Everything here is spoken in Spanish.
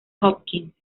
hopkins